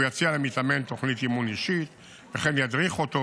הוא יציע למתאמן תוכנית אימון אישית וכן ידריך אותו